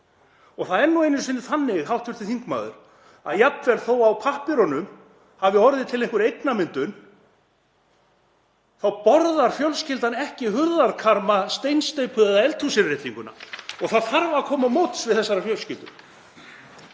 Það er nú einu sinni þannig, hv. þingmaður, að jafnvel þó að á pappírunum hafi orðið til einhver eignamyndun þá borðar fjölskyldan ekki hurðarkarma, steinsteypu eða eldhúsinnréttinguna. Það þarf að koma til móts við þessar fjölskyldur.